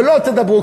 ולא תדברו,